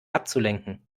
abzulenken